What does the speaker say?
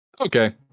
okay